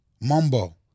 Mumbo